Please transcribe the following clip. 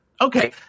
Okay